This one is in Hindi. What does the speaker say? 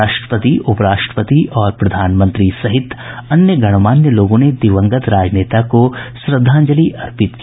राष्ट्रपति उपराष्ट्रपति और प्रधानमंत्री सहित अन्य गणमान्य लोगों ने दिवगंत राजनेता को श्रद्वांजलि अर्पित की